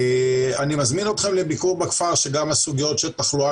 מזמין אתכם לביקור בכפר שגם הסוגיות של תחלואה